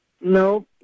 No